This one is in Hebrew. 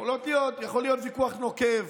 יכול להיות ויכוח נוקב,